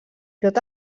tot